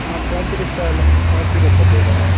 ହଁ ପଇଁତିରିଶି ଶହ ହେଲେ ପଇଁତିରିଶ ଶହ ଦେଇ ଦେବ